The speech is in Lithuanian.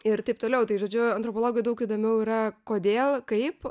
ir taip toliau tai žodžiu antropologui daug įdomiau yra kodėl kaip